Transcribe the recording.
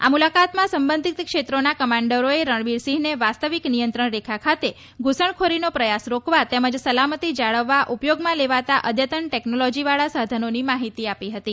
આ મુલાકાતમાં સંબંધિત ક્ષેત્રોના કમાન્ડરોએ રણબીર સિંહને વાસ્તવિક નિયંત્રણ રેખા ખાતે ઘુસણખોરીનો પ્રયાસ રોકવા તેમજ સલામતી જાળવવા ઉપયોગમાં લેવાતા અઘતન ટેકનોલોજીવાળા સાઘનોની માહિતી આપી હતી